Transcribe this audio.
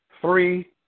three